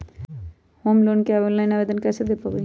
Home loan के online आवेदन कैसे दें पवई?